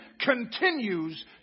continues